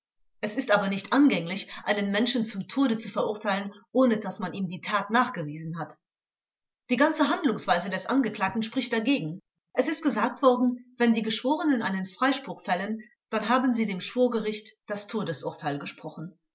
es ist aber nicht angänglich einen menschen zum tode zu verurteilen ohne daß man ihm die tat nachgewiesen hat die ganze handlungsweise des angeklagten spricht dagegen es ist gesagt worden wenn die geschworenen einen freispruch fällen dann haben sie dem schwurgericht das todesurteil gesprochen